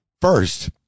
first